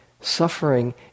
Suffering